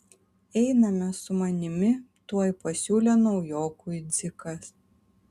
einame su manimi tuoj pasiūlė naujokui dzikas